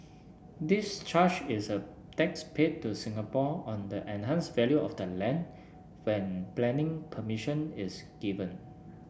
this charge is a tax paid to Singapore on the enhanced value of the land when planning permission is given